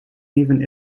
even